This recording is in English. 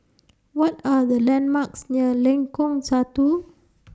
What Are The landmarks near Lengkong Satu